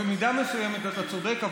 במידה מסוימת אתה צודק,